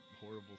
horrible